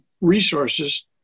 resources